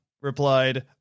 replied